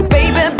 Baby